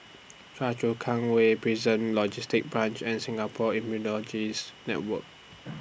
Choa Chu Kang Way Prison Logistic Branch and Singapore Immunology's Network